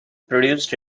produced